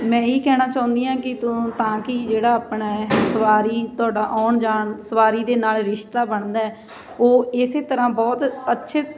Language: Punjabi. ਮੈਂ ਇਹੀ ਕਹਿਣਾ ਚਾਹੁੰਦੀ ਹਾਂ ਕਿ ਤੂੰ ਤਾਂ ਕਿ ਜਿਹੜਾ ਆਪਣਾ ਸਵਾਰੀ ਤੁਹਾਡਾ ਆਉਣ ਜਾਣ ਸਵਾਰੀ ਦੇ ਨਾਲ ਰਿਸ਼ਤਾ ਬਣਦਾ ਉਹ ਇਸੇ ਤਰ੍ਹਾਂ ਬਹੁਤ ਅੱਛੇ